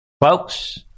Folks